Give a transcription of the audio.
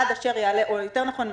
או יותר נכון,